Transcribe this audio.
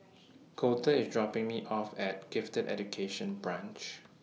Colter IS dropping Me off At Gifted Education Branch